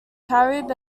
carib